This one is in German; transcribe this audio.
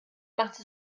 macht